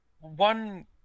one